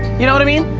you know what i mean?